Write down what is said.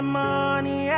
money